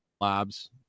labs